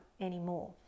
anymore